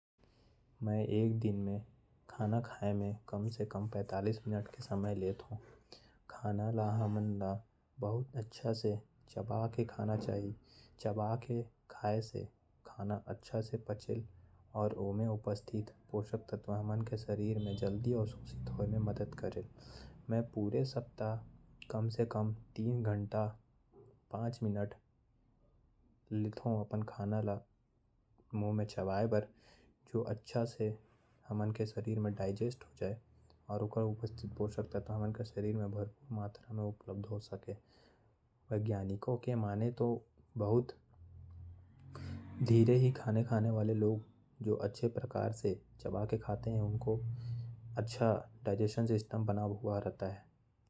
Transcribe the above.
मैं खाना खाए में कम से कम पैतालीस मिनिट के समय लेथो। मै खाना ला एकदम चबा के खा थो। चबा के खाए से खाना अच्छा से पच जायल। मैं बहुत आराम से खाना खा थो।